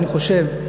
אני חושב,